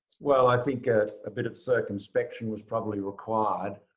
well, i think a ah bit of circumspection was probably required.